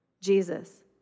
Jesus